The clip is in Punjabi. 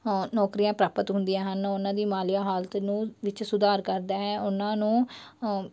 ਨੌਕਰੀਆਂ ਪ੍ਰਾਪਤ ਹੁੰਦੀਆਂ ਹਨ ਉਹਨਾਂ ਦੀ ਮਾਲੀਆ ਹਾਲਤ ਨੂੰ ਵਿੱਚ ਸੁਧਾਰ ਕਰਦਾ ਹੈ ਉਹਨਾਂ ਨੂੰ